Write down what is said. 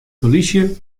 polysje